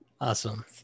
awesome